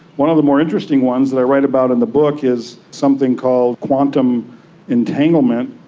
one of the more interesting ones that i write about in the book is something called quantum entanglement.